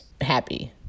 happy